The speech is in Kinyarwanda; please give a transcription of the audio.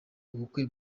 ubukwe